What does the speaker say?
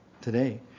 today